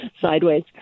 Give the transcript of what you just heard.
sideways